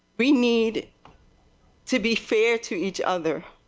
we need to be fair to each other.